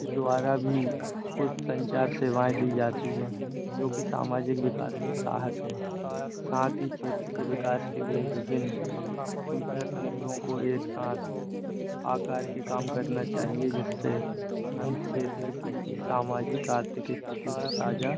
के द्वारा भी कुछ संचार सेवाएँ दी जाती हैं जोकि सामाजिक विकास में सहायक है साथ ही क्षेत्र के विकास के लिए विभिन्न सूचना तंत्रों को एक साथ आकार के काम करना चाहिए जिससे हम क्षेत्र की सामाजिक आर्थिक स्थिति को साझा